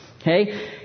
Okay